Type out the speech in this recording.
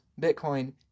Bitcoin